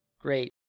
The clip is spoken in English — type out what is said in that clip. great